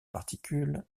particules